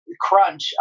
crunch